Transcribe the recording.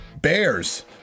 Bears